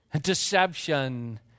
deception